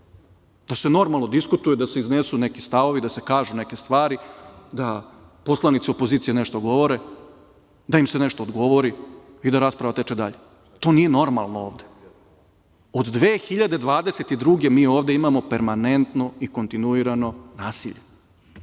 da se normalno diskutuje, da se iznesu neki stavovi, da se kažu neke stvari, da poslanici opozicije nešto govore, da im se nešto odgovori i da rasprava teče dalje. To nije normalno ovde. Od 2022. godine mi ovde imamo permanentno i kontinuirano nasilje,